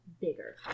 bigger